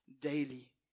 daily